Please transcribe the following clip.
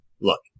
Look